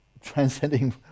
transcending